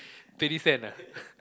thirty cents ah